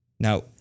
Now